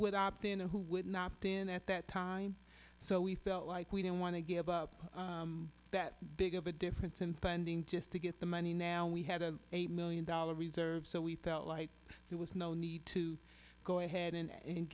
would opt in or who would not put in at that time so we felt like we didn't want to give up that big of a difference in funding just to get the money now we had an eight million dollar reserves so we felt like there was no need to go ahead and